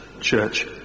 church